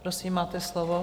Prosím, máte slovo.